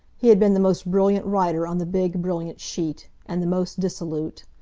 he had been the most brilliant writer on the big, brilliant sheet and the most dissolute.